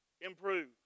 improve